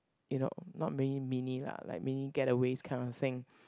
you know not many mini lah like mini getaways kind of thing